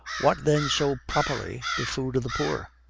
what then so properly the food of the poor?